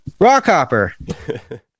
Rockhopper